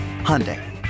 Hyundai